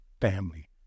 family